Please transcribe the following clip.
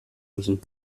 müssen